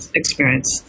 experience